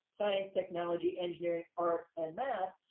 science, technology, engineering, art and math.